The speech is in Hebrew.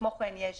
כמו כן, יש